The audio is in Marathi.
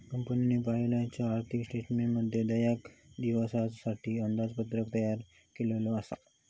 कंपनीन पयलाच आर्थिक स्टेटमेंटमध्ये देयक दिवच्यासाठी अंदाजपत्रक तयार केल्लला आसा